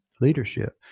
leadership